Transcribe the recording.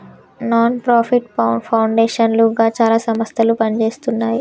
non profit foundation లుగా చాలా సంస్థలు పనిజేస్తున్నాయి